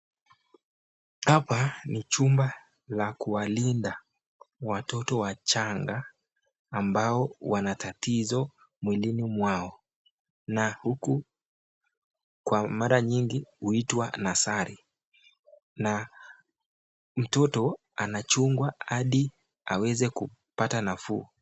Hapa ni jumba la kuwalinda watoto wachanga ambao wana tatizo mwilini mwao na huku kwa mara nyingi huitwa nasari na mtoto anachungwa hadi aweze kupata nafuu.